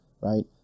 Right